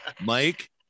Mike